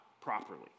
properly